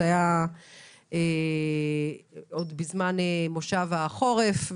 זה היה עוד בזמן מושב החורף,